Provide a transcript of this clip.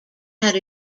had